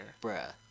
Bruh